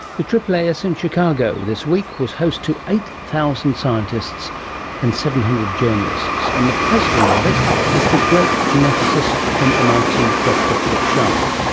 the aaas in chicago this week was host to eight thousand scientists and seven hundred journalists, and the president of it is the great geneticist from mit dr phillip sharp.